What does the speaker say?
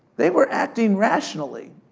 they were acting rationally.